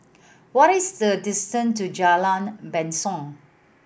what is the distance to Jalan Basong